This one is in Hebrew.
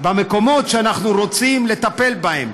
במקומות שאנחנו רוצים לטפל בהם,